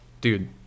dude